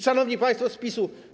Szanowni Państwo z PiS!